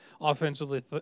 offensively